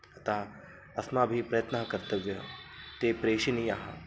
अत अस्माभिः प्रयत्नः कर्तव्यः ते प्रेषणीयाः